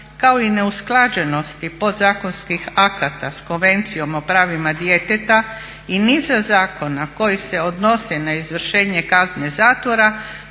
kao i neusklađenosti podzakonskih akata sa Konvencijom o pravima djeteta i niza zakona koji se odnose na izvršenje kazne zatvora